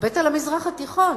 הבט על המזרח התיכון,